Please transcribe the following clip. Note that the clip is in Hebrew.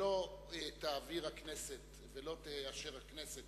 שלא תעביר הכנסת ולא תאשר הכנסת